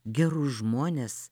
gerus žmones